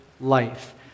life